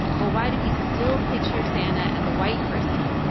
but why do we still picture santa as a white person?